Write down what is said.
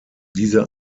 diese